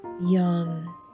Yum